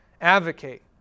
advocate